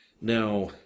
Now